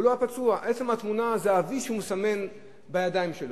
עצם התמונה זה ה"וי" שהוא מסמן בידיים שלו,